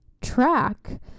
track